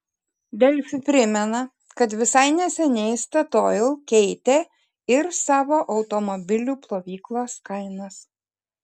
delfi primena kad visai neseniai statoil keitė ir savo automobilių plovyklos kainas